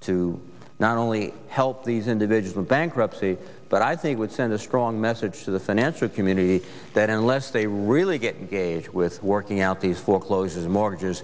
to not only help these individual bankruptcy but i think would send a strong message to the financial community that unless they really get a gauge with working out these foreclosures mortgages